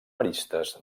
maristes